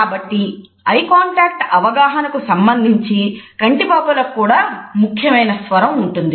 కాబట్టి eye contact అవగాహనకు సంబంధించి కంటిపాపలకు కూడా ముఖ్యమైన స్వరం ఉంటుంది